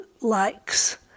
likes